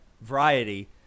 Variety